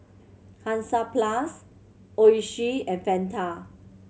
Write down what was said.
Hansaplast Oishi and Fanta